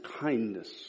kindness